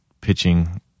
pitching